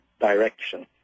direction